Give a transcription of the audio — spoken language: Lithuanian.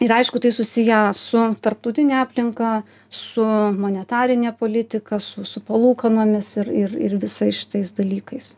ir aišku tai susiję su tarptautine aplinka su monetarine politika su su palūkanomis ir ir irvisais šitais dalykais